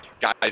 guys